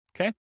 Okay